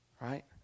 right